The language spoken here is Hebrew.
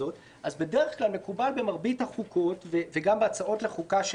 אז מקובל במרבית החוקות וגם בהצעות החוקה,